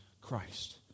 Christ